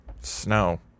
snow